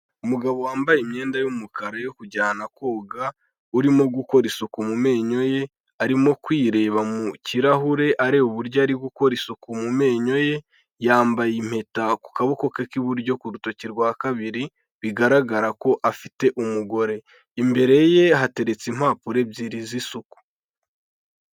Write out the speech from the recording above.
Umugabo wambaye imyenda y'umukara yo kujyana koga urimo gukora isuku mu menyo ye arimo kwireba mu kirahure areba uburyo ari gukora isuku mu menyo ye, yambaye impeta ku kaboko ke k'iburyo ku rutoki rwa kabiri bigaragara ko afite umugore, imbere ye hateretse impapuro ebyiri z'isuku.